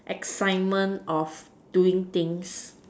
excitement of doing things